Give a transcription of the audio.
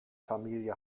familie